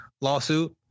lawsuit